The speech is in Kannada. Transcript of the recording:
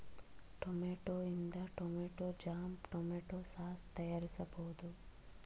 ಟೊಮೆಟೊ ಇಂದ ಟೊಮೆಟೊ ಜಾಮ್, ಟೊಮೆಟೊ ಸಾಸ್ ತಯಾರಿಸಬೋದು